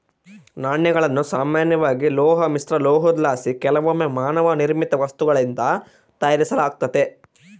ನಾಣ್ಯಗಳನ್ನು ಸಾಮಾನ್ಯವಾಗಿ ಲೋಹ ಮಿಶ್ರಲೋಹುದ್ಲಾಸಿ ಕೆಲವೊಮ್ಮೆ ಮಾನವ ನಿರ್ಮಿತ ವಸ್ತುಗಳಿಂದ ತಯಾರಿಸಲಾತತೆ